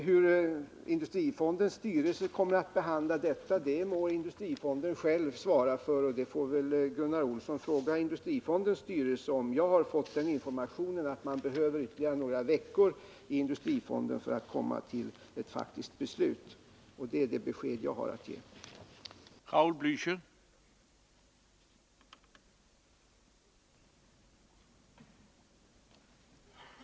Hur industrifondens styrelse kommer att behandla detta må styrelsen själv svara för, och Gunnar Olsson får väl ställa sin fråga till den. Jag har fått den informationen att man där behöver ytterligare några veckor för att komma till ett faktiskt beslut, och det är det besked jag har att ge på den punkten.